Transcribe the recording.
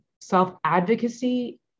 Self-advocacy